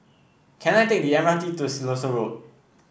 can I take the M R T to Siloso Road